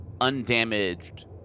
undamaged